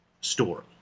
story